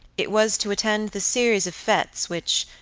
it was to attend the series of fetes which,